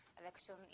Election